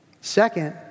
Second